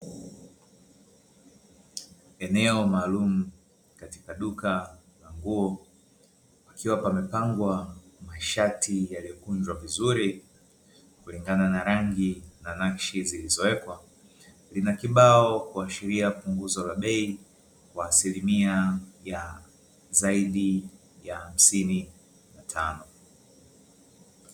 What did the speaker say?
Eneo maalumu katika duka la nguo pakiwa pamepangwa mashati yaliokunjwa vizuri kulingana na rangi na nakshi zilizowekwa, lina kibao kuashiria punguzo la bei kwa asilimia zaidi ya asilimia hamsini na tano.